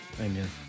Amen